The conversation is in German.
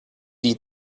die